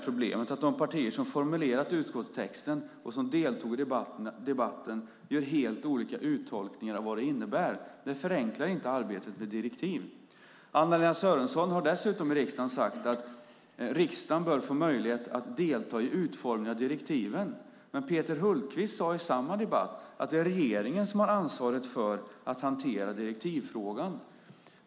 Problemet är att de partier som har formulerat utskottstexten och som deltog i debatten gör helt olika uttolkningar av vad beslutet innebär. Det förenklar inte arbetet med att utforma direktiv. Anna-Lena Sörenson har dessutom i riksdagen sagt att riksdagen bör få möjlighet att delta i utformningen av direktiven. Men Peter Hultqvist sade i samma debatt att det är regeringen som har ansvaret för att hantera direktivfrågan.